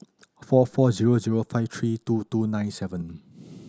four four zero zero five three two two nine seven